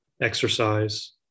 exercise